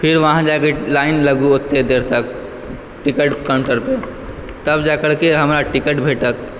फेर वहाँ जाकऽ लाइन लागू ओतेक देर तक टिकट काउन्टरपर तब जाकरके हमरा टिकट भेटत